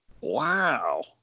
Wow